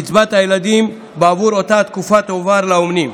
קצבת הילדים בעבור אותה תקופה תועבר לאומנים.